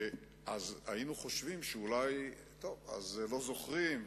אז היינו חושבים שאולי לא זוכרים,